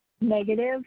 negative